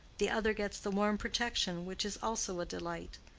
the other gets the warm protection which is also a delight.